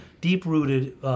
deep-rooted